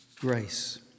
grace